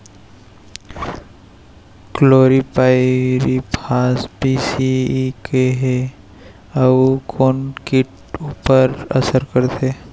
Chlorpyrifos बीस CE का हे अऊ ए कोन किट ऊपर असर करथे?